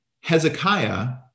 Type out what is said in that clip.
Hezekiah